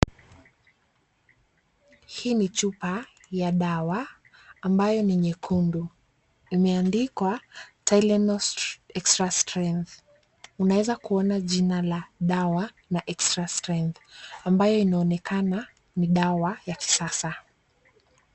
Hii ni chupa ya dawa ambayo ni nyekundu. Imeandikwa, TYLENOL Extra Strength. Unaeza kuona jina la dawa, na Extra Strength. Ambayo inaonekana ni dawa ya kisasa.